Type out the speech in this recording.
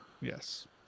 Yes